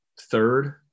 third